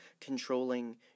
controlling